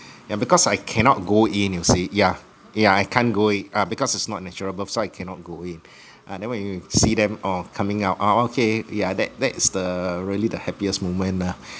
yeah because I cannot go in you see yeah yeah I can't go in ah because it's not natural birth so I cannot go in uh then when you see them oh coming out oh okay yeah that that is the really the happiest moment lah